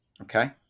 Okay